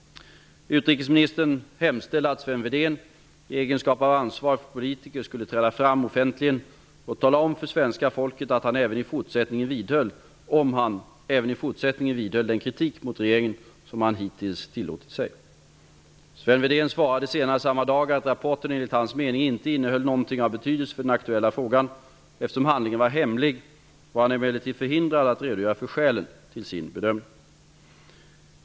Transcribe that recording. Utrikesministern hemställde att Sven Wedén i egenskap av ansvarig politiker skulle träda fram offentligen och tala om för svenska folket om han även i fortsättningen vidhöll den kritik mot regeringen som han hittills tillåtit sig. Sven Wedén svarade senare samma dag att rapporten enligt hans mening inte innehöll någonting av betydelse för den aktuella frågan. Eftersom handlingen var hemlig, var han emellertid förhindrad att redogöra för skälen till sin bedömning.